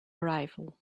arrival